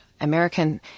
American